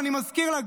ואני מזכיר לה,